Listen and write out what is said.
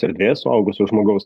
erdvės suaugusio žmogaus